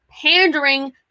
pandering